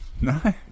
No